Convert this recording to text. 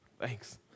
Thanks